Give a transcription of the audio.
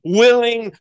willing